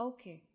Okay